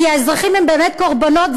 כי האזרחים הם באמת קורבנות,